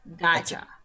Gotcha